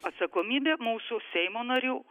atsakomybė mūsų seimo narių